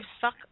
suck